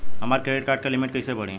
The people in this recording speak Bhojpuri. हमार क्रेडिट कार्ड के लिमिट कइसे बढ़ी?